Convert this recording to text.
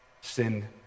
Sin